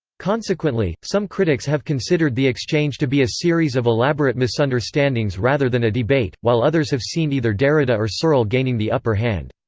consequently, some critics have considered the exchange to be a series of elaborate misunderstandings rather than a debate, while others have seen either derrida or searle gaining the upper hand.